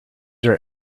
are